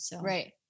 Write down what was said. Right